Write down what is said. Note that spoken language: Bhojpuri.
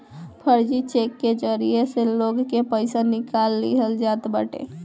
फर्जी चेक के जरिया से लोग के पईसा निकाल लिहल जात बाटे